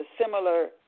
similar